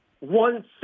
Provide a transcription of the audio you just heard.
One